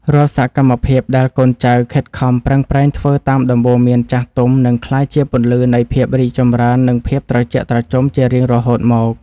រាល់សកម្មភាពដែលកូនចៅខិតខំប្រឹងប្រែងធ្វើតាមដំបូន្មានចាស់ទុំនឹងក្លាយជាពន្លឺនៃភាពរីកចម្រើន និងភាពត្រជាក់ត្រជុំជារៀងរហូតមក។